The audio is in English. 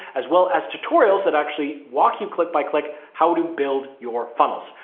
as well as tutorials that actually walk you click by click, how to build your funnels.